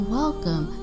welcome